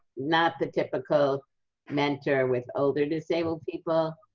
not the typical mentor with older disabled people.